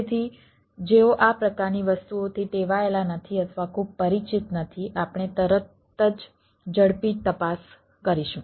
તેથી જેઓ આ પ્રકારની વસ્તુઓથી ટેવાયેલા નથી અથવા ખૂબ પરિચિત નથી આપણે તરત જ ઝડપી તપાસ કરીશું